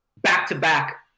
back-to-back